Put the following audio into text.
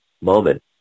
moment